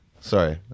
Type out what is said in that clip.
sorry